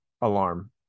alarm